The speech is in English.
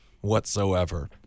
whatsoever